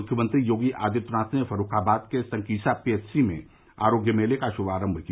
मुख्यमंत्री योगी आदित्यनाथ ने फर्रुखाबाद के संकिसा पीएचसी में आरोग्य मेले का शुभारंभ किया